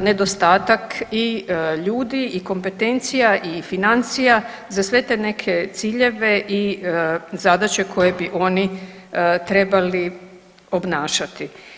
nedostatak i ljudi i kompetencija i financija za sve te neke ciljeve i zadaće koje bi oni trebali obnašati.